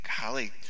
golly